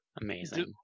Amazing